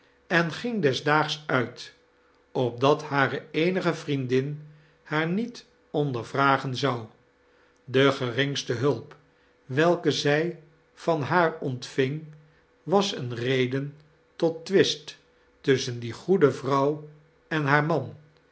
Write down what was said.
en ging des daags uit opdat hare eenige vriendin haar niet ondeirvragen zou de geringste hulp welke zij van haar ontving was een reden tot twist tusschen die goede vrouw en haar man